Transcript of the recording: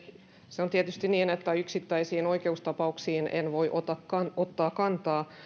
se on tietysti niin että yksittäisiin oikeustapauksiin en voi ottaa kantaa